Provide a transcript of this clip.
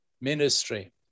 ministry